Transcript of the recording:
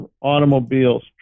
automobiles